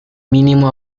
mínimo